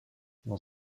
dans